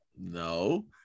No